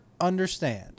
understand